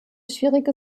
schwierige